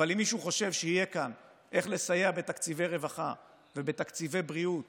אבל אם מישהו חושב שיהיה כאן איך לסייע בתקציבי רווחה ובתקציבי בריאות